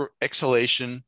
exhalation